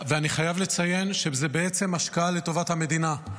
אני חייב לציין שזאת בעצם השקעה לטובת המדינה.